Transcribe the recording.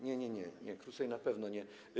Nie, nie, nie, krócej na pewno nie.